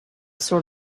sort